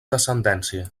descendència